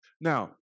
Now